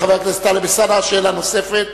חבר הכנסת טלב אלסאנע, שאלה נוספת.